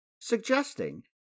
suggesting